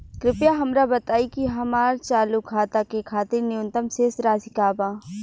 कृपया हमरा बताइ कि हमार चालू खाता के खातिर न्यूनतम शेष राशि का बा